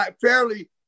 fairly